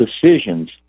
decisions